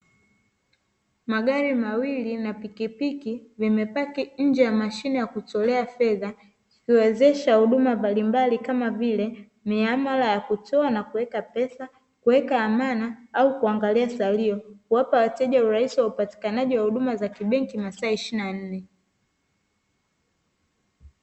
Magari mawili na pikipiki vimepaki nje ya mashine ya kutolea fedha kuwezesha huduma mbalimbali kama vile; miamala ya kutoa na kuweka pesa, kuweka amana au kuangalia salio, kuwapa wateja urahisi wa upatikanaji wa huduma za kibenki masaa ishirini na nne.